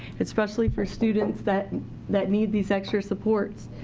especially for students that that need these extra supports.